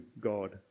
God